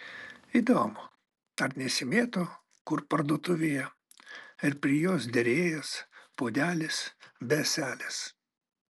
įdomu ar nesimėto kur parduotuvėje ir prie jos derėjęs puodelis be ąselės